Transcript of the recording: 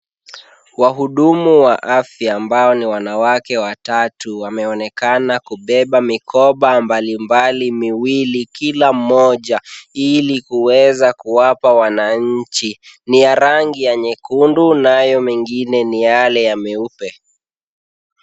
Wahudumu wa afya ambao ni wanawake watatu, wameonekana kubeba mikoba mbalimbali miwili kila mmoja, ili kuweza kuwapa wananchi. Ni ya rangi ya nyekundu nayo mengine ni yale ya meupe.